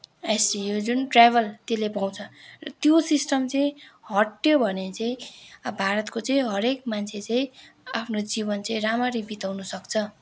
ST यो जुन tribal त्यसले पाउँछ त्यो सिस्टम चाहिँ हट्योभने चाहिँ अब भारतको चाहिँ हरेक मान्छे चाहिँ आफ्नो जीवन चाहिँ राम्ररी बिताउन सक्छ